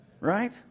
right